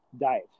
diet